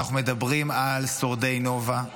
אנחנו מדברים על שורדי נובה,